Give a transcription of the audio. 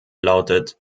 lautet